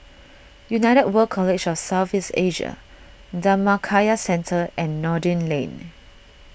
United World College of South East Asia Dhammakaya Centre and Noordin Lane